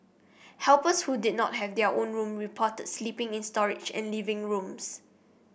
helpers who did not have their own room reported sleeping in storage and living rooms